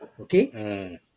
Okay